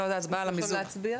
הצבעה המיזוג התקבל.